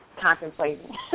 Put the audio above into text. contemplating